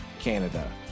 Canada